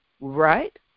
right